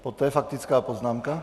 Poté faktická poznámka?